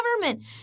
government